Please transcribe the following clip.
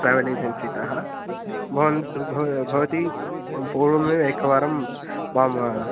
travel एजेन्सीतः भवान् भ भवती पूर्वमेव एकवारं मां